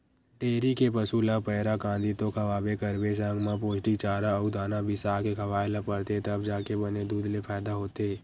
dairy के पसू ल पैरा, कांदी तो खवाबे करबे संग म पोस्टिक चारा अउ दाना बिसाके खवाए ल परथे तब जाके बने दूद ले फायदा होथे